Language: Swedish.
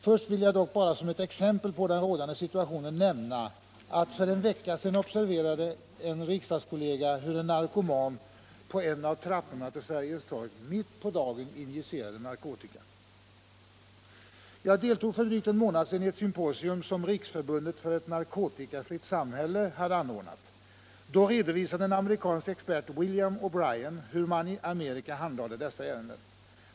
Först vill jag dock som ett exempel på den rådande situationen nämna att en riksdagskollega för en vecka sedan observerade hur en narkoman på en av trapporna till Sergels torg mitt på dagen injicerade narkotika. Jag deltog för drygt en månad sedan i ett symposium som Riksförbundet för ett narkotikafritt samhälle hade anordnat. Då redovisade en amerikansk expert, pastor William O”Brian, hur man i Amerika handlade dessa ärenden.